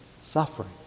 suffering